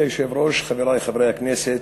כבוד היושב-ראש, חברי חברי הכנסת,